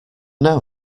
now